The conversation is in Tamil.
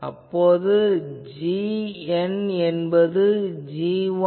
அப்போது gn என்பது g1 g2